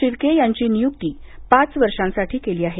शिर्के यांची निय्क्ती पाच वर्षांसाठी केली आहे